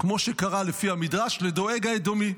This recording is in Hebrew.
כמו שקרה, לפי המדרש, לדואג האדומי.